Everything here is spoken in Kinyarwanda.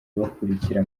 bakurikira